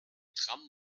tram